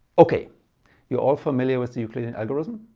ok you're all familiar with the euclidean algorithm?